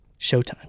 Showtime